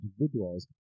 individuals